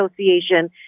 Association